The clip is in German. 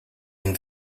den